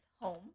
home